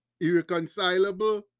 irreconcilable